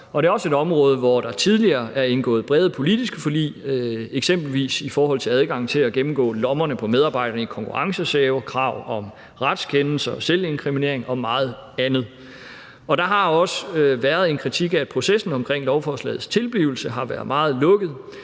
det er også et område, hvor der tidligere er indgået brede politiske forlig, f.eks. i forhold til adgangen til at gennemgå lommerne på medarbejderne i konkurrencesager og krav om retskendelser og selvinkriminering og meget andet. Og der har også været en kritik af, at processen om lovforslagets tilblivelse har været meget lukket.